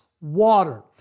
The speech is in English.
water